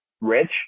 rich